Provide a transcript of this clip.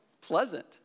pleasant